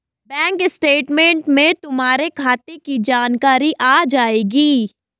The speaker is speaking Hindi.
बैंक स्टेटमैंट में तुम्हारे खाते की जानकारी आ जाएंगी